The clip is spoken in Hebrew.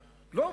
לא,